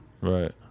Right